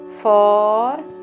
four